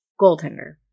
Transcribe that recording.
goaltender